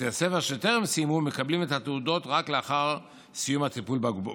בתי הספר שטרם סיימו מקבלים את התעודות רק לאחר סיום הטיפול בבוגרים.